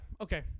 Okay